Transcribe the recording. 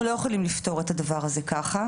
כי אנחנו חושבים שצריך לבדל --- לא כתבנו מורה.